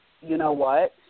you-know-what